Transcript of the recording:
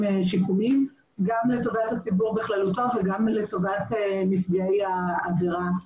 שיקומיים גם לטובת הציבור בכללותו וגם לטובת נפגעי העבירה.